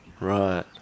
Right